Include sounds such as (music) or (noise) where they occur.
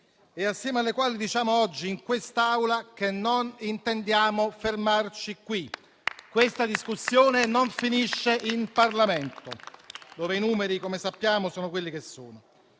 e assieme alle quali diciamo oggi, in quest'Aula, che non intendiamo fermarci qui. (applause) Questa discussione non finisce in Parlamento, dove i numeri, come sappiamo, sono quelli che sono.